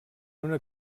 una